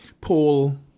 Paul